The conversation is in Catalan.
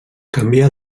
canvia